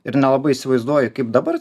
ir nelabai įsivaizduoju kaip dabar